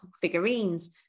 figurines